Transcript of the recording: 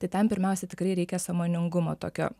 tai tam pirmiausia tikrai reikia sąmoningumo tokio